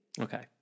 Okay